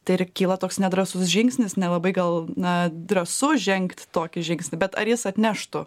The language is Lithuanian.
tai ir kyla toks nedrąsus žingsnis nelabai gal na drąsu žengt tokį žingsnį bet ar jis atneštų